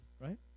Right